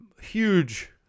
huge